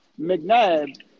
McNabb